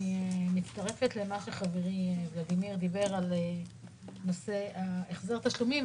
אני מצטרפת אל מה שחברי ולדימיר בליאק דיבר על נושא החזר התשלומים.